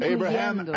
Abraham